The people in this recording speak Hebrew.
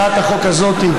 הצעת החוק הזאת,